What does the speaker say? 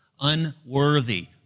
unworthy